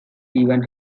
even